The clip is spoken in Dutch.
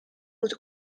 moet